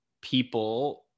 people